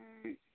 ᱩᱸ